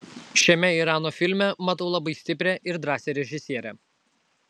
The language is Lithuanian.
šiame irano filme matau labai stiprią ir drąsią režisierę